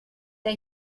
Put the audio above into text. der